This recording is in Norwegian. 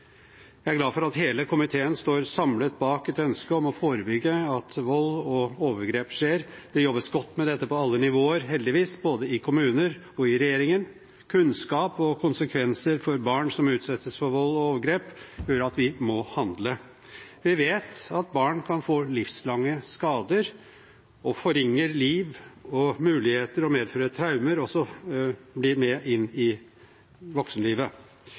Jeg er glad for at hele komiteen står samlet bak et ønske om å forebygge at vold og overgrep skjer. Det jobbes heldigvis godt med dette på alle nivåer, både i kommuner og i regjering. Kunnskap om konsekvenser for barn som utsettes for vold og overgrep, gjør at vi må handle. Vi vet at barn kan få livslange skader, og det forringer liv og muligheter og medfører traumer som også blir med inn i voksenlivet.